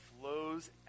flows